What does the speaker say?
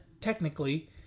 technically